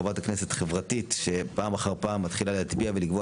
חברת כנסת חברתית שפעם אחר פעם מתחילה להצביע ולקבוע